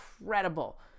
incredible